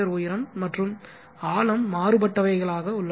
உயரம் மற்றும் ஆழம் மாறுபட்டவையாக உள்ளன